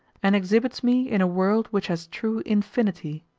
and exhibits me in a world which has true infinity,